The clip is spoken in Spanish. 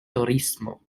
turismo